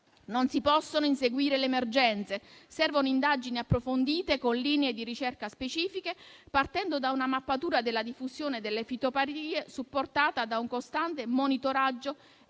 Non si possono inseguire le emergenze. Servono indagini approfondite con linee di ricerca specifiche, partendo da una mappatura della diffusione delle fitopatie supportata da un costante monitoraggio